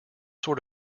sort